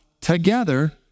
together